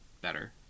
better